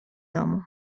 domu